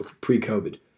pre-COVID